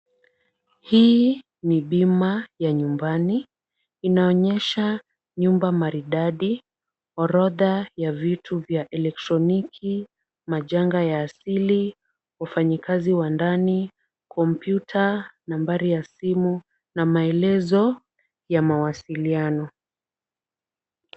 Hii ni bima ya nyumbani. Inaonyesha nyumba maridadi, orodha ya vitu vya elektroniki, majanga ya asili, wafanyikazi wa ndani, kompyuta, nambari ya simu na maelezo ya mawasiliano.